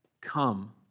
Come